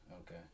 Okay